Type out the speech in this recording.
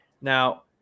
now